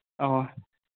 اَوا